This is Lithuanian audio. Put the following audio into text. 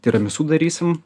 tiramisu darysim